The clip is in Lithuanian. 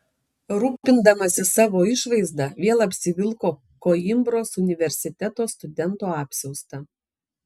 rūpindamasis savo išvaizda vėl apsivilko koimbros universiteto studento apsiaustą